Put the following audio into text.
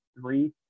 three